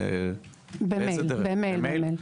במייל,